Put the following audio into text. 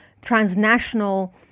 transnational